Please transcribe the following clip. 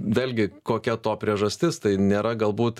vėlgi kokia to priežastis tai nėra galbūt